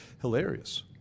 hilarious